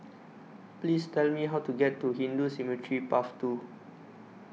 Please Tell Me How to get to Hindu Cemetery Path two